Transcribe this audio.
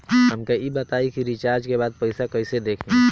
हमका ई बताई कि रिचार्ज के बाद पइसा कईसे देखी?